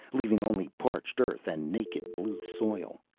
leaving only parched earth and naked blue soil.